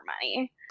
money